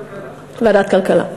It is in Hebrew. ועדת כלכלה.